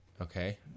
Okay